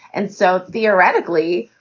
and so theoretically,